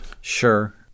Sure